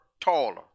taller